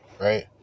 right